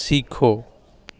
सीखो